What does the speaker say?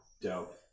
dope